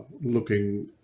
looking